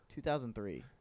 2003